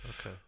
Okay